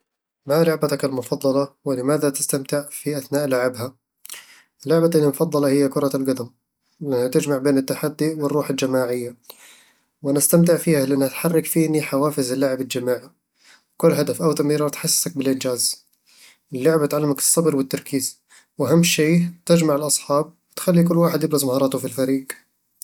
ما لعبتك المفضلة، ولماذا تستمتع في أثناء لعبها؟ لعبتي المفضلة هي كرة القدم، لأنها تجمع بين التحدي والروح الجماعية وأنا استمتع فيها لأنها تحرك فيني حوافز اللعب الجماعي، وكل هدف أو تمريرة تحسسك بالإنجاز اللعبة تعلمك الصبر والتركيز، وأهم شي تجمع الأصحاب وتخلي كل واحد يبرز مهاراته في الفريق